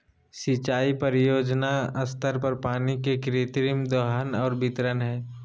सिंचाई परियोजना स्तर पर पानी के कृत्रिम दोहन और वितरण हइ